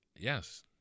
Yes